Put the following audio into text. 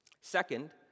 Second